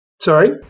Sorry